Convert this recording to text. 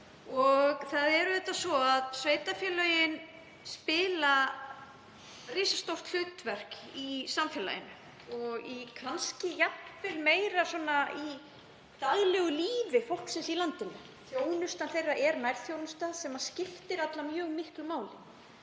í. Það er auðvitað svo að sveitarfélögin spila risastórt hlutverk í samfélaginu og jafnvel meira í daglegu lífi fólksins í landinu. Þjónusta þeirra er nærþjónusta sem skiptir alla mjög miklu máli.